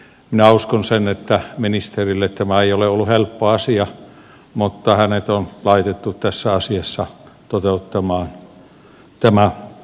minä uskon sen että ministerille tämä ei ole ollut helppo asia mutta hänet on laitettu toteuttamaan tämä asia